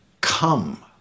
come